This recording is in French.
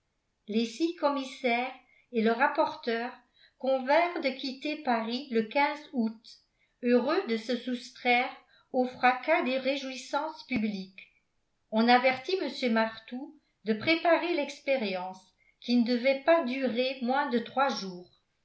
les six commissaires et le rapporteur convinrent de quitter paris le août heureux de se soustraire au fracas des réjouissances publiques on avertit mr martout de préparer l'expérience qui ne devait pas durer moins de trois jours